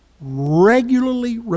regularly